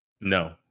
No